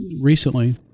recently